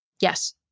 Yes